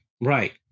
Right